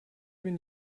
bin